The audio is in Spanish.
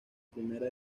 primera